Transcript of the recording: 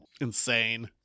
insane